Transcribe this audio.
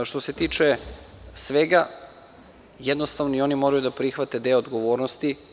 Što se tiče svega, jednostavno i oni mogu da prihvate deo odgovornosti.